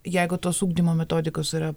jeigu tos ugdymo metodikos yra